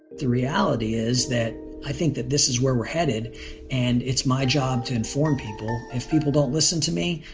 the reality is that i think that this is where we're headed and it's my job to inform people. if people don't listen to me,